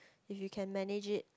if you can manage it